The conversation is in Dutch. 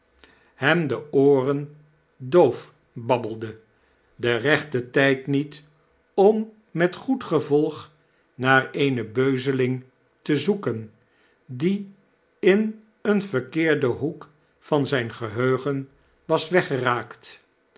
hem de ooren doof babbelde de rechte tijd niet om met goed gevolg naar eene beuzeling te zoeken die in een verkeerden hoek van zijn geheugen was weggeraakt